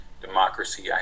democracy